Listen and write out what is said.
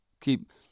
Keep